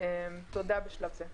תודה בשלב זה.